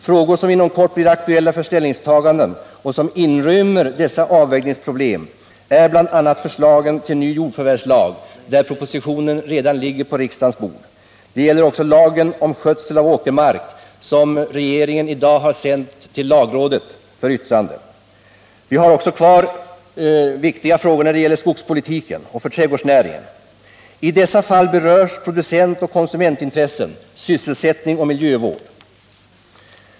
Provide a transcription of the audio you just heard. Vad som inom kort blir aktuellt för ställningstagandet och som inrymmer dessa avvägningsproblem är bl.a. förslaget till ny jordförvärvslag — där propositionen redan ligger på riksdagens bord —, vidare förslaget till lagom skötsel av åkermark, vilket regeringen i dag har sänt till lagrådet för yttrande. Vi har också kvar viktiga frågor när det gäller skogspolitiken och trädgårdsnäringen. I dessa fall berörs producentoch konsumentintressen, sysselsättning och miljövård.